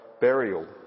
burial